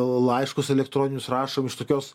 laiškus elektroninius rašom iš tokios